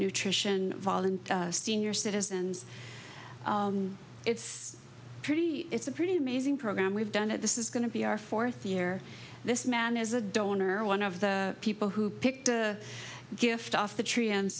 nutrition volunteer senior citizens it's pretty it's a pretty amazing program we've done it this is going to be our fourth year this man is a donor one of the people who picked a gift off the tree and